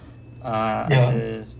ah the